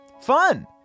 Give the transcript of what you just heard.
Fun